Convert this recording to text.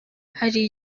hari